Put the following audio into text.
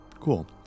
Cool